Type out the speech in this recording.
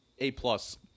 A-plus